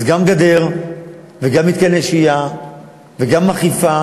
אז גם גדר וגם מתקני שהייה וגם אכיפה